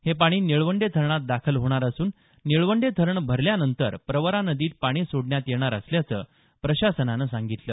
हे पाणी निळवंडे धरणात दाखल होणार असून निळवंडे धरण भरल्यानंतर प्रवरा नदीत पाणी सोडण्यात येणार असल्याचं प्रशासनानं सांगितलं